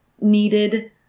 needed